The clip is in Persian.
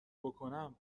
بکنم